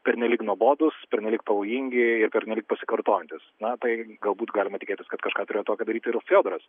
pernelyg nuobodūs pernelyg pavojingi ir pernelyg pasikartojantys na tai galbūt galima tikėtis kad kažką turėjo tokio daryti ir fiodoras